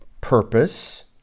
purpose